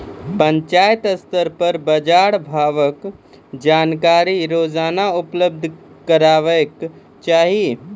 पंचायत स्तर पर बाजार भावक जानकारी रोजाना उपलब्ध करैवाक चाही?